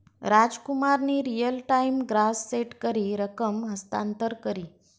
रामकुमारनी real time gross set करी रकम हस्तांतर करी